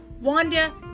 Wanda